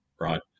right